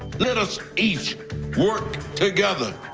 let us each work together.